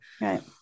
Right